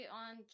on